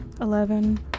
eleven